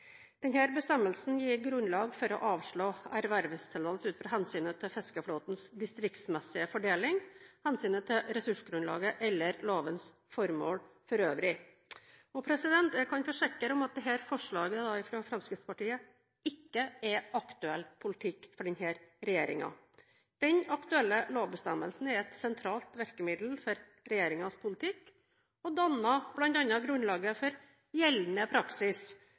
bestemmelsen gir grunnlag for å avslå ervervstillatelse ut fra hensynet til fiskeflåtens distriktsmessige fordeling, hensynet til ressursgrunnlaget eller lovens formål for øvrig. Jeg kan forsikre om at dette forslaget fra Fremskrittspartiet ikke er aktuell politikk for denne regjeringen. Den aktuelle lovbestemmelsen er et sentralt virkemiddel for regjeringens politikk, og danner bl.a. grunnlaget for gjeldende praksis